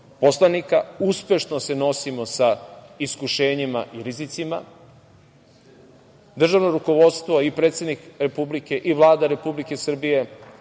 da se uspešno nosimo sa iskušenjima i rizicima. Državno rukovodstvo i predsednik Republike i Vlada Republike Srbije